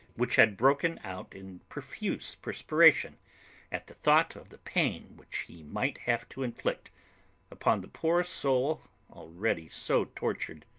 which had broken out in profuse perspiration at the thought of the pain which he might have to inflict upon the poor soul already so tortured.